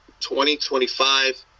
2025